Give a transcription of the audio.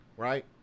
right